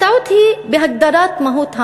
הטעות היא בהגדרת מהות העוני.